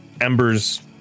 embers